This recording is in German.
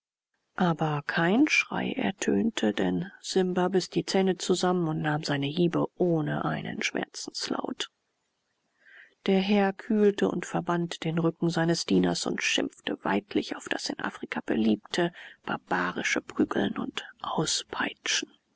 aber kein schrei ertönte denn simba biß die zähne zusammen und nahm seine hiebe ohne einen schmerzenslaut der herr kühlte und verband den rücken seines dieners und schimpfte weidlich auf das in afrika beliebte barbarische prügeln und auspeitschen